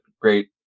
great